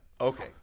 okay